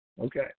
Okay